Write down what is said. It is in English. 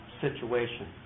situation